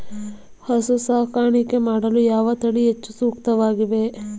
ಹಸು ಸಾಕಾಣಿಕೆ ಮಾಡಲು ಯಾವ ತಳಿ ಹೆಚ್ಚು ಸೂಕ್ತವಾಗಿವೆ?